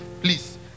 Please